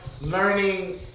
Learning